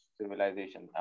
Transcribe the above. civilization